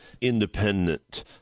independent